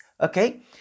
Okay